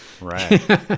Right